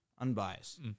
unbiased